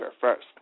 first